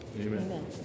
Amen